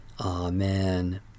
Amen